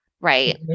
Right